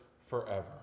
forever